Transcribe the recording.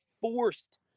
forced